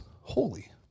holy